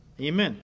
Amen